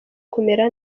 kumera